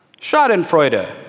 Schadenfreude